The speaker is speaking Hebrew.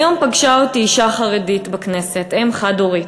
היום פגשה אותי בכנסת אישה חרדית, אם חד-הורית,